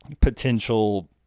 potential